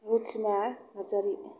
Rathima Narzary